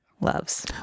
Loves